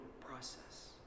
process